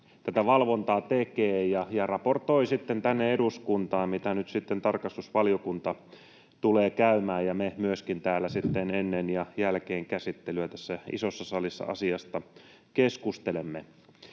tätä valvontaa tekee ja raportoi tänne eduskuntaan, mitä nyt sitten tarkastusvaliokunta tulee käymään läpi, ja me myöskin täällä isossa salissa ennen ja jälkeen käsittelyn asiasta keskustelemme.